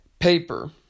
paper